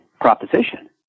proposition